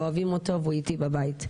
אוהבים אותו והוא איתי בבית.